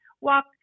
walk